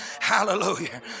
Hallelujah